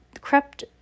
crept